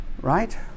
right